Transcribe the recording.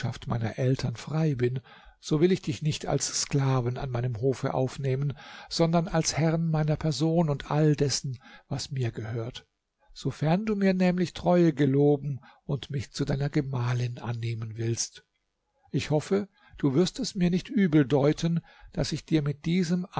meiner eltern frei bin so will ich dich nicht als sklaven an meinem hofe aufnehmen sondern als herrn meiner person und alles dessen was mir gehört sofern du mir nämlich treue geloben und mich zu deiner gemahlin annehmen willst ich hoffe du wirst es mir nicht übel deuten daß ich dir mit diesem